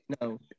No